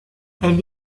elle